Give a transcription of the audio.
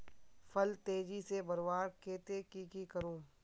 फल तेजी से बढ़वार केते की की करूम?